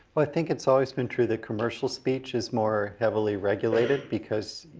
i think it's always been true that commercial speech is more heavily regulated because